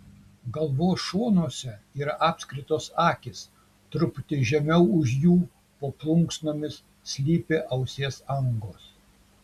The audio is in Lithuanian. galvos šonuose yra apskritos akys truputį žemiau už jų po plunksnomis slypi ausies angos